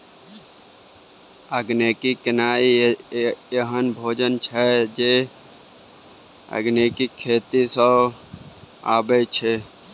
organic खेनाइ एहन भोजन छै जे आर्गेनिक खेती सँ अबै छै